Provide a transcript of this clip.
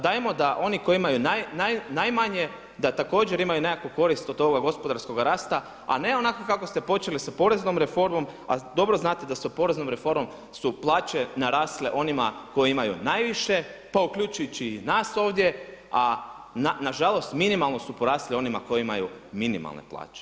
Dajmo da oni koji imaju najmanje da također imaju nekakvu korist od toga gospodarskoga rasta, a ne onako kako ste počeli sa poreznom reformom, a dobro znate da su poreznom reformom su plaće narasle onima koji imaju najviše pa uključujući i nas ovdje, a na žalost minimalno su porasle onima koji imaju minimalne plaće.